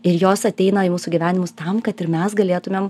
ir jos ateina į mūsų gyvenimus tam kad ir mes galėtumėm